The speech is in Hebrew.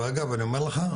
ואגב אני אומר לך,